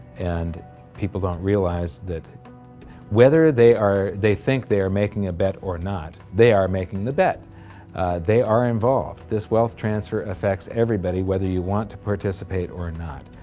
and people don't realize that whether they are they think they are making a bet or not, they are making the bet they are involved this wealth transfer affects everybody, whether you want to participate or not.